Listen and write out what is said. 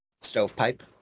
Stovepipe